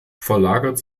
verlagert